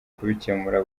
kubikemura